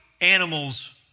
animals